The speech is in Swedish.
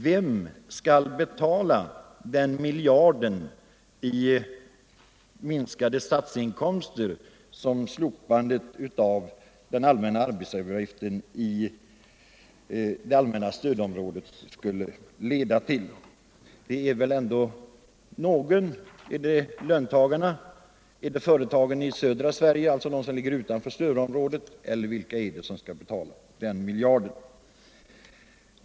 Vem skall betala den miljard i minskade statsinkomster som slopandet av den allmänna arbetsgivaravgiften i det allmänna stödområdet skulle leda till? Det är väl ändå någon som måste göra det. Är det löntagarna, är det företagen i södra Sverige — alltså de som ligger utanför stödområdet — eller vem är det som skall betala den miljarden?